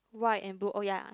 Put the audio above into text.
white and blue oh ya